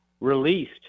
released